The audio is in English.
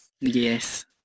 Yes